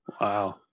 Wow